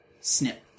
Snip